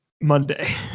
Monday